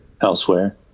elsewhere